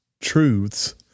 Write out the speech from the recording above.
truths